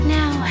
now